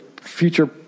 future